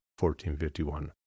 1451